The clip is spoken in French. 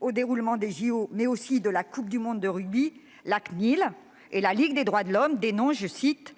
au déroulement des Jeux, mais aussi de la Coupe du monde de rugby, la Cnil et la Ligue des droits de l'homme dénoncent en